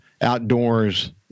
outdoors